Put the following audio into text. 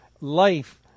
life